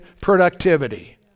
productivity